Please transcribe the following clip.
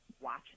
watch